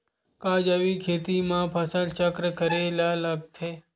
का जैविक खेती म फसल चक्र करे ल लगथे?